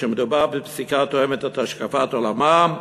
כשמדובר בפסיקה התואמת את השקפת עולמם,